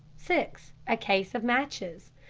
six. a case of matches.